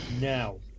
Now